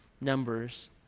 Numbers